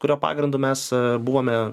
kurio pagrindu mes buvome